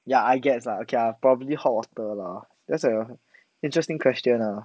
ya I get lah okay lah probably hot water lah that's a interesting question ah